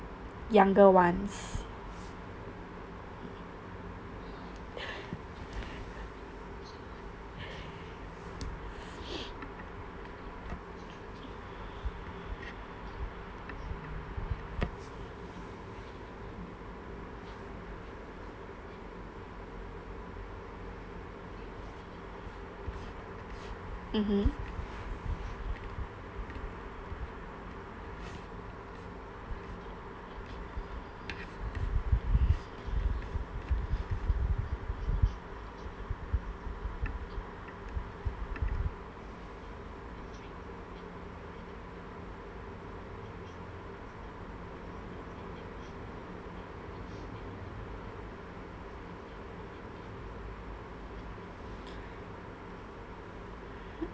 younger ones mmhmm